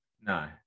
No